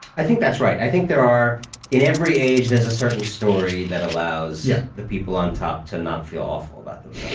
i think that's right. i think there are in every age, there's a certain story that allows yeah the people on top to not feel awful about themselves.